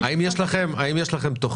האם יש לכם תוכנית